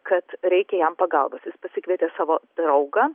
kad reikia jam pagalbos jis pasikvietė savo draugą